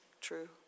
true